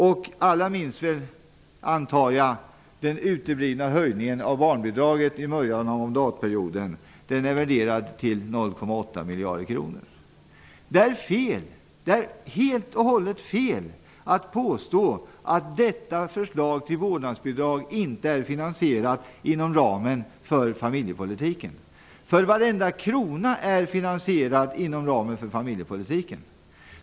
Och alla minns väl, antar jag, den uteblivna höjningen av barnbidraget i början av mandatperioden. Den är värderad till 0,8 miljarder kronor. Det är helt och hållet fel att påstå att förslaget till vårdnadsbidrag inte är finansierat inom ramen för familjepolitiken. Varenda krona är finansierad inom familjepolitikens ram.